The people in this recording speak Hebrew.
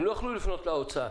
הם לא יוכלו לפנות לאוצר